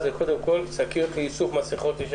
אני אחזור שוב לחוק המסגרת.